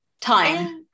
time